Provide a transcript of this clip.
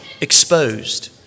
exposed